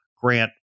Grant